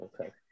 Okay